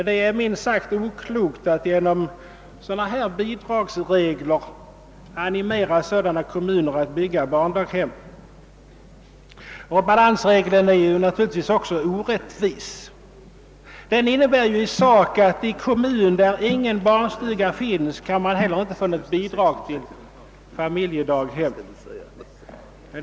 Det är minst sagt oklokt att genom dessa bidragsregler animera sådana kommuner att bygga barndaghem. Balansregeln är naturligtvis också orättvis. Den innebär i sak att kommun, där ingen barnstuga finns, inte heller får bidrag till familjedaghem.